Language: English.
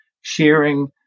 sharing